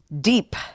deep